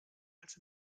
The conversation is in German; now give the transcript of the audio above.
als